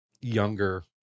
younger